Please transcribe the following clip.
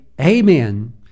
Amen